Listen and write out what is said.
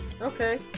Okay